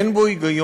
אין בו היגיון,